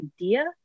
idea